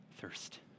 thirst